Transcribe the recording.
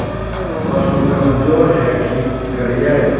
पशु कमज़ोर है कि करिये?